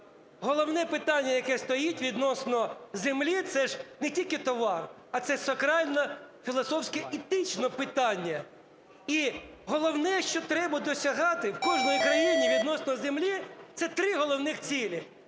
головне питання, яке стоїть відносно землі, це ж не тільки товар, а це сакральне, філософське етичне питання. І головне, що треба досягати в кожній країні відносно землі, це три головних цілі: